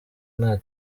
nta